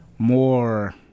more